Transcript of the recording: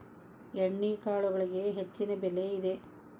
ಎಣ್ಣಿಕಾಳುಗಳಿಗೆ ಹೆಚ್ಚಿನ ಬೆಲೆ ಇದೆ